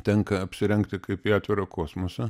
tenka apsirengti kaip į atvirą kosmosą